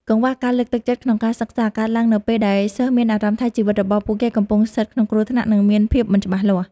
កង្វះការលើកទឹកចិត្តក្នុងការសិក្សា កើតឡើងនៅពេលដែលសិស្សមានអារម្មណ៍ថាជីវិតរបស់ពួកគេកំពុងស្ថិតក្នុងគ្រោះថ្នាក់ និងមានភាពមិនច្បាស់លាស់។